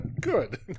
Good